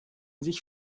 sich